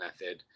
method